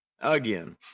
again